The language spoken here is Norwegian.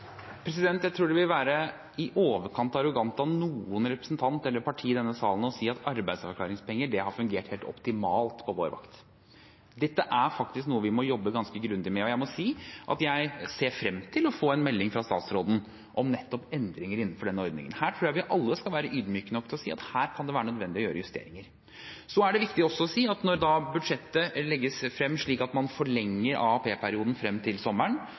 Jeg tror det vil være i overkant arrogant av noen representant eller parti i denne salen å si at arbeidsavklaringspenger har fungert helt optimalt på vår vakt. Dette er faktisk noe vi må jobbe ganske grundig med, og jeg må si at jeg ser frem til å få en melding fra statsråden om nettopp endringer innenfor denne ordningen. Her tror jeg vi alle skal være ydmyke nok til å si at her kan det være nødvendig å gjøre justeringer. Så er det også viktig å si at når budsjettet legges frem, slik at man forlenger AAP-perioden frem til sommeren,